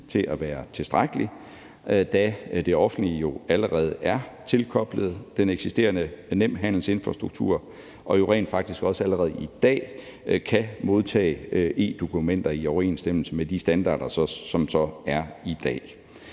også været spørgsmål til – da det offentlige jo allerede er tilkoblet den eksisterende Nemhandelsinfrastruktur og rent faktisk også allerede i dag kan modtage e-dokumenter i overensstemmelse med de standarder, der er i dag.